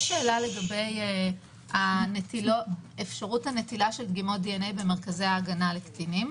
יש שאלה לגבי אפשרות הנטילה של דגימות דנ"א במרכזי ההגנה לקטינים.